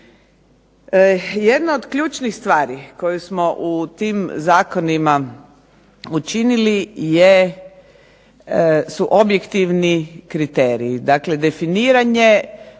Jedna od ključnih stvari koju smo u tim zakonima učinili su objektivni kriteriji, dakle definiranje,